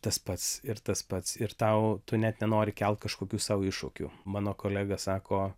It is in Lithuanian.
tas pats ir tas pats ir tau tu net nenori kelt kažkokių sau iššūkių mano kolega sako